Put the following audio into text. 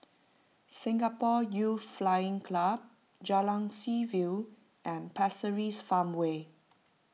Singapore Youth Flying Club Jalan Seaview and Pasir Ris Farmway